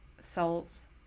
souls